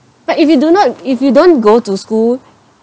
but if you do not if you don't go to school